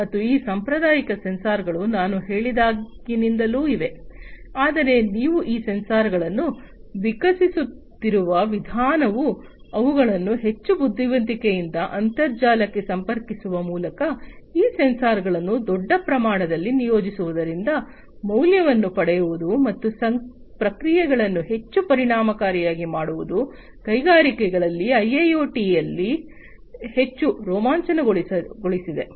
ಮತ್ತು ಈ ಸಾಂಪ್ರದಾಯಿಕ ಸೆನ್ಸಾರ್ಗಳು ನಾನು ಹೇಳಿದಾಗಿನಿಂದಲೂ ಇವೆ ಆದರೆ ನೀವು ಈ ಸೆನ್ಸಾರ್ಗಳನ್ನು ವಿಕಸಿಸುತ್ತಿರುವ ವಿಧಾನವು ಅವುಗಳನ್ನು ಹೆಚ್ಚು ಬುದ್ಧಿವಂತಿಕೆಯಿಂದ ಅಂತರ್ಜಾಲಕ್ಕೆ ಸಂಪರ್ಕಿಸುವ ಮೂಲಕ ಈ ಸೆನ್ಸಾರ್ಗಳನ್ನು ದೊಡ್ಡ ಪ್ರಮಾಣದಲ್ಲಿ ನಿಯೋಜಿಸುವುದರಿಂದ ಮೌಲ್ಯವನ್ನು ಪಡೆಯುವುದು ಮತ್ತು ಪ್ರಕ್ರಿಯೆಗಳನ್ನು ಹೆಚ್ಚು ಪರಿಣಾಮಕಾರಿಯಾಗಿ ಮಾಡುವುದು ಕೈಗಾರಿಕೆಗಳಲ್ಲಿ ಐಐಒಟಿಯನ್ನು ಹೆಚ್ಚು ರೋಮಾಂಚನಗೊಳಿಸಿದೆ